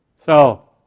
so